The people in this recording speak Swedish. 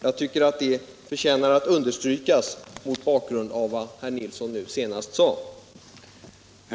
Jag tycker att det förtjänar att understrykas mot bakgrund av vad herr Nilsson nu senast sade.